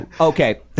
okay